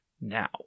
now